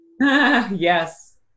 Yes